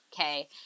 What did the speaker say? okay